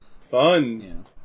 Fun